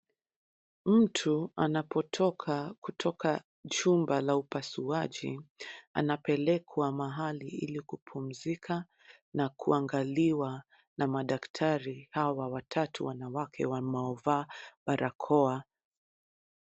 Mtu anapotoka kutoka chumba la upasuaji, anapelekwa mahali ili kupumzika na kuangaliwa na madaktari hawa watatu wanawake wanaovaa barakoa.